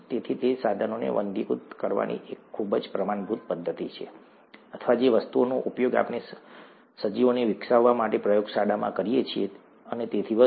તેથી તે સાધનોને વંધ્યીકૃત કરવાની એક ખૂબ જ પ્રમાણભૂત પદ્ધતિ છે અથવા જે વસ્તુઓનો ઉપયોગ આપણે સજીવોને વિકસાવવા માટે પ્રયોગશાળામાં કરીએ છીએ અને તેથી વધુ